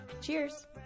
Cheers